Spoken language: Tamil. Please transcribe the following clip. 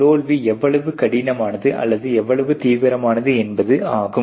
தோல்வி எவ்வளவு கடினமானது அல்லது எவ்வளவு தீவிரமானது என்பது ஆகும்